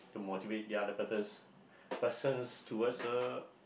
motivate the other persons towards a